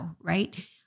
Right